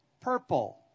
purple